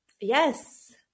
Yes